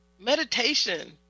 meditation